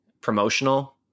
promotional